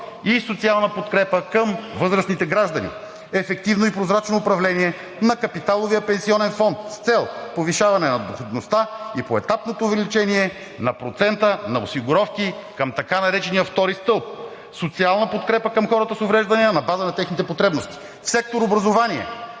и социална подкрепа към възрастните граждани; ефективно и прозрачно управление на Капиталовия пенсионен фонд с цел повишаване на доходността и поетапно увеличение на процента на осигуровките към така наречения втори стълб; социална подкрепа към хората с увреждания на базата на техните потребности. В сектор „Образование“